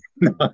No